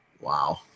Wow